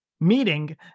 Meeting